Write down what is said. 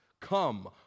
come